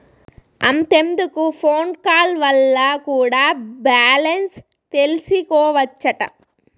అంతెందుకు phone call వల్ల కూడా బాలెన్స్ తెల్సికోవచ్చట